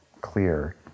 clear